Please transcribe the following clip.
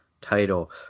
title